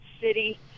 city